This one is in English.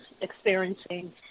experiencing